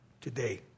today